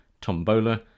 tombola